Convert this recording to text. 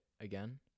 again